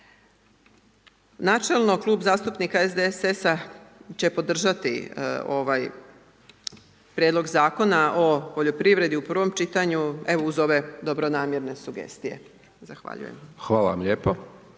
Načelno, Klub zastupnika SDSS-a će podržati ovaj Prijedlog zakona o poljoprivredi u prvom čitanju, evo uz ove dobronamjerne sugestije. Zahvaljujem. **Hajdaš Dončić,